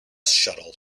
shuttle